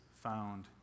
Found